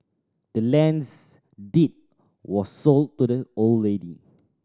the land's deed was sold to the old lady